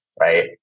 Right